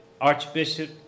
Archbishop